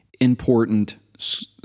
important